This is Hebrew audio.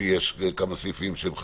שיש כמה סעיפים שהם חשובים,